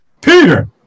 Peter